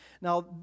Now